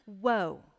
Whoa